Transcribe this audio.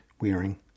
wearing